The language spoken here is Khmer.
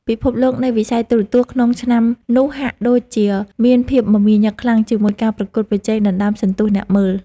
ពិភពលោកនៃវិស័យទូរទស្សន៍ក្នុងឆ្នាំនោះហាក់ដូចជាមានភាពមមាញឹកខ្លាំងជាមួយការប្រកួតប្រជែងដណ្តើមសន្ទុះអ្នកមើល។